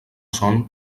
son